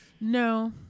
No